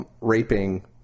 Raping